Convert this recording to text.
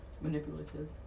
Manipulative